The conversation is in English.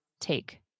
take